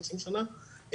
שלושים שנה.